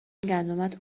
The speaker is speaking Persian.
گندمت